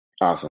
Awesome